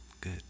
Good